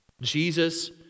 Jesus